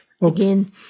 again